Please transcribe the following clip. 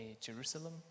Jerusalem